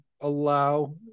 allow